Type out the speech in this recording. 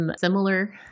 similar